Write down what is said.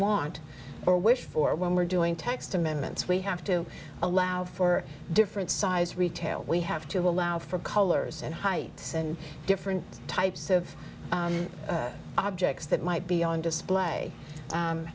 want or wish for when we're doing text amendments we have to allow for different size retail we have to allow for colors and heights and different types of objects that might be on display